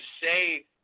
say